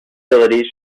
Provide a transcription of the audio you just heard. facilities